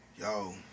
Yo